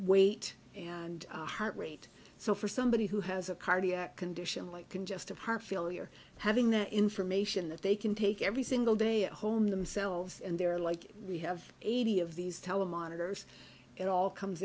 weight and heart rate so for somebody who has a cardiac condition like congestive heart failure having that information that they can take every single day at home themselves and they're like we have eighty of these tell of monitors it all comes